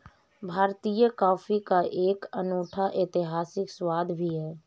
भारतीय कॉफी का एक अनूठा ऐतिहासिक स्वाद भी है